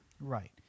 Right